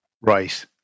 Right